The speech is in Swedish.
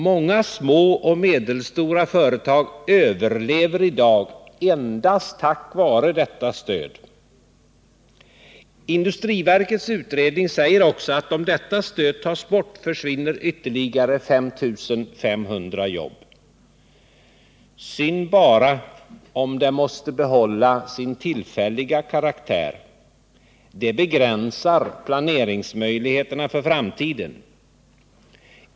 Många små och medelstora företag överlever i dag endast tack vare detta stöd. Industriverkets utredning säjer också att om detta stöd tas bort försvinner ytterligare 5 500 jobb. Synd bara att det måste behålla sin tillfälliga karaktär. Det begränsar planeringsmöjligheterna för framtiden.